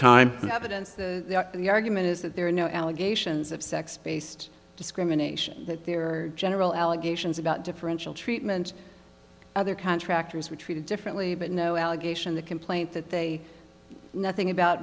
evidence the argument is that there are no allegations of sex based discrimination that there are general allegations about differential treatment other contractors were treated differently but no allegation the complaint that they nothing about